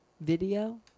video